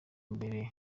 mbere